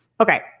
Okay